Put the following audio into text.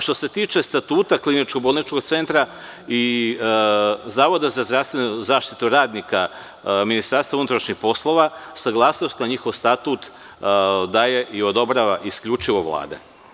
Što se tiče statuta kliničko-bolničkog centra i Zavoda za zdravstvenu zaštitu radnika MUP-a, saglasnost na njihov statut daje i odobrava isključivo Vlada.